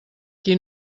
qui